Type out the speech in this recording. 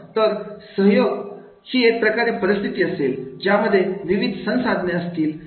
तर सहयोग ही एक प्रकारे परिस्थिती असेल ज्यामध्ये विविध संसाधने असतील